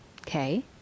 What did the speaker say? Okay